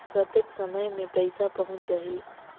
कतेक समय मे पइसा पहुंच जाही?